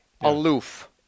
Aloof